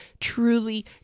truly